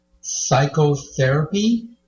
psychotherapy